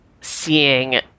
seeing